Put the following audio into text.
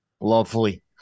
Lovely